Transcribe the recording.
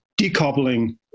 decoupling